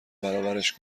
برابرش